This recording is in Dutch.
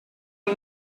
een